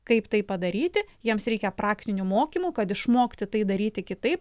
kaip tai padaryti jiems reikia praktinių mokymų kad išmokti tai daryti kitaip